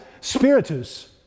spiritus